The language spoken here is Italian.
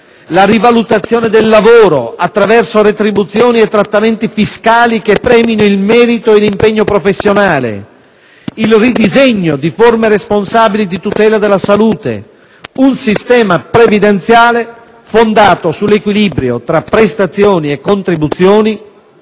la rivalutazione del lavoro attraverso retribuzioni e trattamenti fiscali che premino il merito e l'impegno professionale, il ridisegno di forme responsabili di tutela della salute, un sistema previdenziale fondato sull'equilibrio tra prestazioni e contribuzioni